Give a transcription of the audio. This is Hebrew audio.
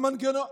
המנגנון.